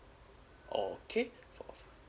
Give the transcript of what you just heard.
okay